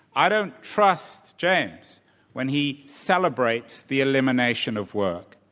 i don't trust james when he celebrates the elimination of work.